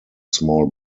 small